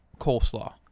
coleslaw